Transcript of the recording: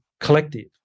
Collective